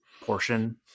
portion